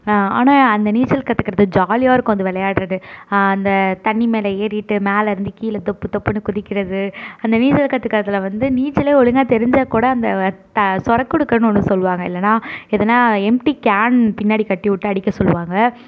ஆனா அந்த நீச்சல் கற்றுக்குறது ஜாலியாக இருக்கும் அந்த விளையாடுவது அந்த தண்ணி மேல் ஏறிவிட்டு மேலே இருந்து கீழே தொப்பு தொப்புனு குதிக்கிறது அந்த நீச்சல் கற்றுக்கிறதுல வந்து நீச்சலே ஒழுங்காக தெரிஞ்சால்கூட அந்த சொரக்குடுக்கன்னு ஒன்று சொல்லுவாங்க இல்லைனா எதனா எம்ப்டி கேன் பின்னாடி கட்டி விட்டு அடிக்க சொல்லுவாங்க